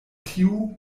tiu